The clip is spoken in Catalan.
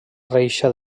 reixa